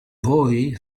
boy